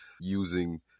using